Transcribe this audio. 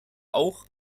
auch